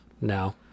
No